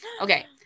Okay